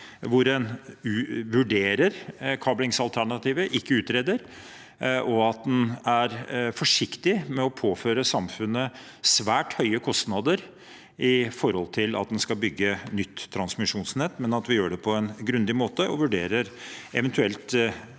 hvor en vurderer kablingsalternativet, ikke utreder, og at en er forsiktig med å påføre samfunnet svært høye kostnader når en skal bygge nytt transmisjonsnett, men at vi gjør det på en grundig måte og vurderer eventuelle